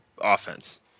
offense